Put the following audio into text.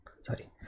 sorry